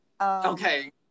Okay